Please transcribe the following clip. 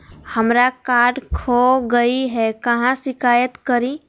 हमरा कार्ड खो गई है, कहाँ शिकायत करी?